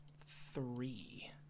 three